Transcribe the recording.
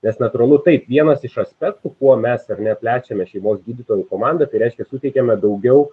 nes natūralu taip vienas iš aspektų kuo mes ar ne plečiame šeimos gydytojų komandą tai reiškia suteikiame daugiau